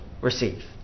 receive